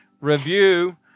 review